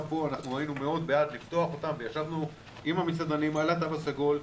גם פה היינו מאוד בעד לפתוח אותם וישבנו עם המסעדנים על התו הסגול,